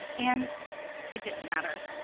and it didn't matter.